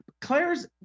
Claire's